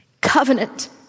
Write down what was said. covenant